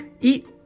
Eat